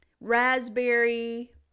raspberry